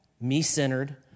me-centered